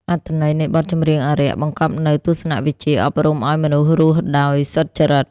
អត្ថន័យនៃបទចម្រៀងអារក្ស បង្កប់នូវទស្សនវិជ្ជាអប់រំឱ្យមនុស្សរស់នៅដោយសុចរិត។